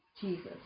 Jesus